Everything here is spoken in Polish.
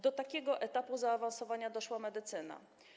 Do takiego etapu zaawansowania doszła medycyna.